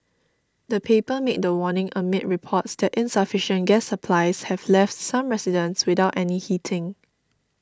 the paper made the warning amid reports that insufficient gas supplies have left some residents without any heating